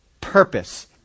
purpose